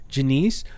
Janice